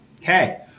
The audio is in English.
Okay